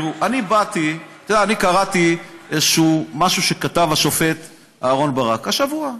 תקראו, אני קראתי משהו שכתב השופט אהרן ברק השבוע.